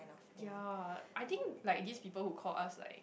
ya I think like this people who call us like